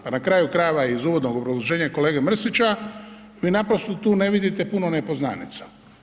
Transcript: Pa na kraju krajeva iz uvodnog obrazloženja kolege Mrsića vi naprosto tu ne vidite puno nepoznanica.